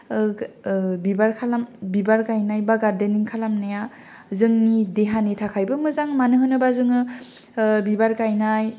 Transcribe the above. गो बिबार खालाम बिबार गायनाय बा गारदेनिं खालामनाया जोंना देहानि थाखायबो मोजां मानो होनोबा जोङो बिबार गायनाय